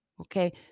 Okay